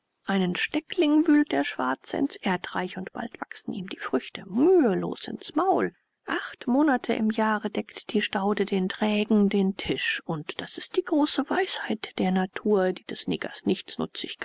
einen steckling wühlt der schwarze ins erdreich und bald wachsen ihm die früchte mühelos ins maul acht monate im jahre deckt die staude den trägen den tisch und das ist die große weisheit der natur die des negers nichtsnutzigkeit